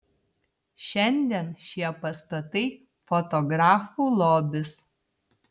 šiandien šie pastatai fotografų lobis